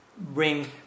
bring